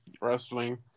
wrestling